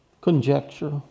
conjecture